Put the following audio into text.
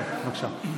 בבקשה.